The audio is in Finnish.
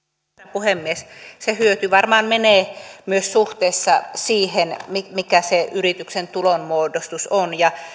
puhemies se hyöty varmaan menee myös suhteessa siihen mikä se yrityksen tulonmuodostus on ja minä uskon